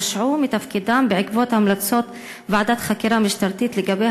הושעו מתפקידם בעקבות המלצות ועדת חקירה משטרתית לגבי